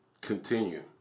continue